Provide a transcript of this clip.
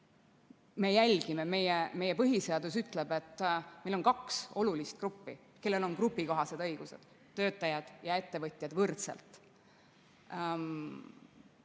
Me järgime seda. Meie põhiseadus ütleb, et meil on kaks olulist gruppi, kellel on grupikohased õigused: töötajad ja ettevõtjad võrdselt.